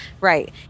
right